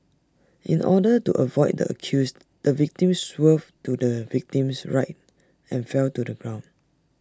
in order to avoid the accused the victim swerved to the victim's right and fell to the ground